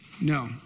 No